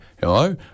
hello